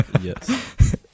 yes